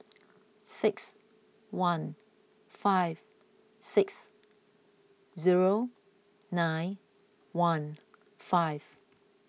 six one five six zero nine one five